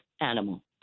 animal